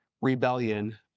rebellion